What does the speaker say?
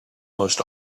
most